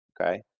Okay